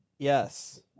Yes